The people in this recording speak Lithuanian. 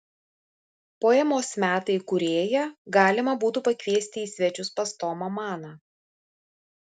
poemos metai kūrėją galima būtų pakviesti į svečius pas tomą maną